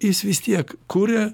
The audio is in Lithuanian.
jis vis tiek kuria